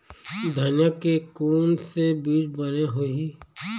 धनिया के कोन से बीज बने होही?